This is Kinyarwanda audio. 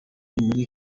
muri